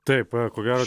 taip ko gero